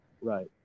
Right